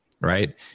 right